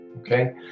Okay